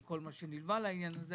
ובכל מה שנלווה לעניין הזה,